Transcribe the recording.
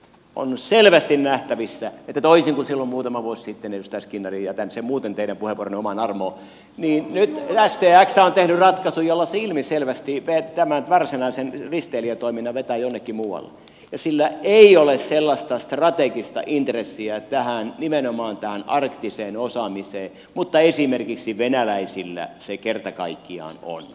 on selvästi nähtävissä että toisin kuin silloin muutama vuosi sitten edustaja skinnari jätän muuten sen teidän puheenvuoronne omaan arvoon niin nyt stx on tehnyt ratkaisun jolla se ilmiselvästi tämän varsinaisen risteilijätoiminnan vetää jonnekin muualle ja sillä ei ole sellaista strategista intressiä nimenomaan tähän arktiseen osaamiseen mutta esimerkiksi venäläisillä se kerta kaikkiaan on